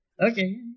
Okay